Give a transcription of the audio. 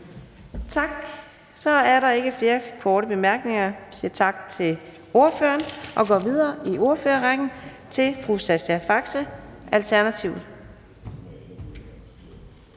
Tak. Så er der ikke flere korte bemærkninger, så vi siger tak til ordføreren. Vi går videre i ordførerrækken til fru Sasha Faxe, Alternativet.